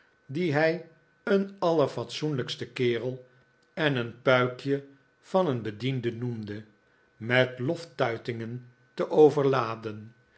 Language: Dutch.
dien hij een allerfatsoenlijksten kerel en een puikje van een bediende noemde met loftuitingen te overladen